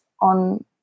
on